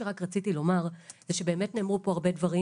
מה שרציתי לומר הוא שבאמת נאמרו פה הרבה דברים,